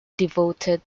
devoted